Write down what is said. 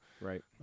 right